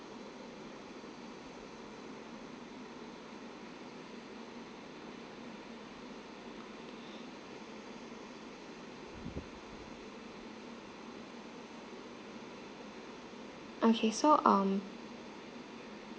okay so um